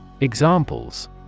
Examples